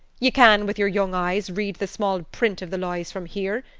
ye can, with your young eyes, read the small-print of the lies from here.